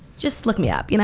just look me up. you know